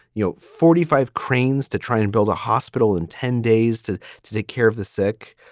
you know, forty five cranes to try and build a hospital in ten days to to take care of the sick.